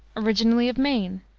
originally of maine,